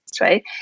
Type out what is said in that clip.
Right